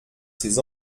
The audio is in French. ces